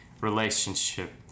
relationship